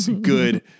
good